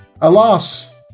Alas